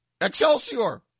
Excelsior